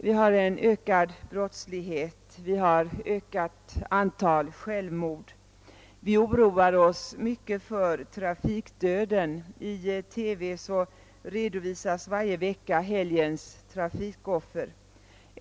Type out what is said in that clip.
Vi har en ökad brottslighet och ett ökat antal självmord. Vi oroar oss mycket för trafikdöden. I TV redovisas varje vecka helgens trafikoffer.